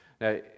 Now